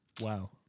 Wow